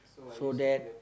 so that